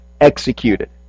executed